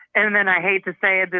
and then i hate to say this,